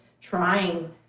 trying